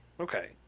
Okay